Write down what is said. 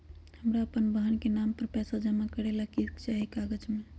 हमरा अपन बहन के नाम पर पैसा जमा करे ला कि सब चाहि कागज मे?